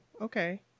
okay